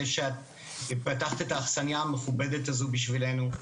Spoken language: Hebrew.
שפתחת את האכסניה המכובדת הזו בשבילנו.